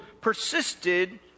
persisted